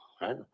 right